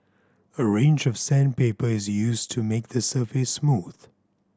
a range of sandpaper is used to make the surface smooth